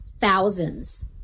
thousands